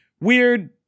weird